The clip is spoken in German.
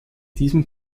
diesem